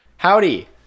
howdy